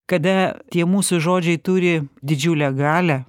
kada tie mūsų žodžiai turi didžiulę galią